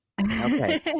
Okay